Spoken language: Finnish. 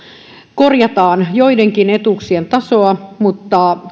korjataan joidenkin etuuksien tasoa mutta